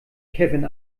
kevin